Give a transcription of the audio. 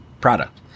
product